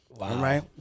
right